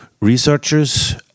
researchers